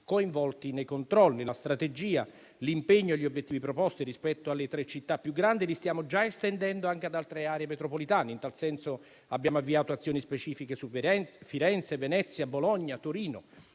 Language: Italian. coinvolti nei controlli. La strategia, l'impegno e gli obiettivi proposti rispetto alle tre città più grandi li stiamo già estendendo anche ad altre aree metropolitane. In tal senso abbiamo avviato azioni specifiche a Firenze, Venezia, Bologna e Torino.